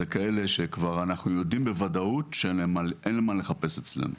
כאלה שאנחנו יודעים בוודאות שאין להם מה לחפש אצלנו.